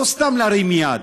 לא סתם להרים יד.